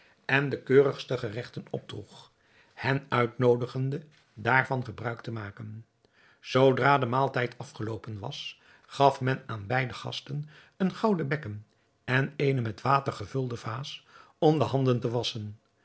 en de keurigste geregten opdroeg hen uitnoodigende daarvan gebruik te maken zoodra de maaltijd afgeloopen was gaf men aan beide gasten een gouden bekken en eene met water gevulde vaas om de handen te wasschen